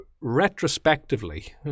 retrospectively